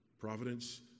Providence